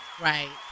Right